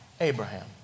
Abraham